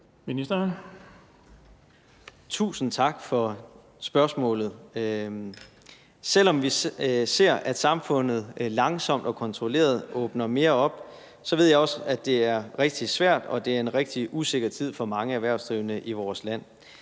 Tusind tak for spørgsmålet. Selv om vi ser, at samfundet langsomt og kontrolleret åbner mere op, ved jeg også, at det er rigtig svært, og at det er en rigtig usikker tid for mange erhvervsdrivende i vores land.